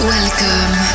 Welcome